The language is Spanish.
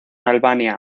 albania